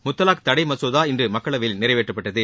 முத்தலாக் தடை மசோதா இன்று மக்களவையில் நிறைவேற்றப்பட்டது